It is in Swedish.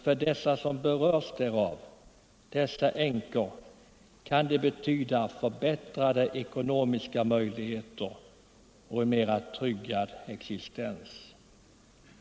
För de änkor som berörs betyder det emellertid förbättrade ekonomiska möjligheter och en mera tryggad existens.